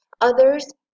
others